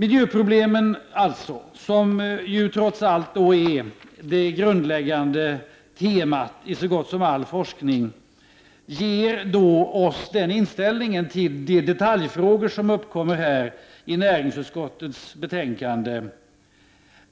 Miljöproblemen, som ju trots allt är det grundläggande temat i så gott som all forskning, ger oss den inställningen till de detaljfrågor som tas upp i näringsutskottets betänkande